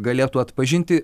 galėtų atpažinti